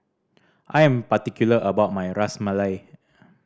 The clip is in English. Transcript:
I am particular about my Ras Malai